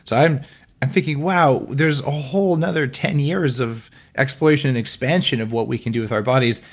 so i'm i'm thinking, wow. there's a whole another ten years of exploration and expansion of what we can do with our bodies.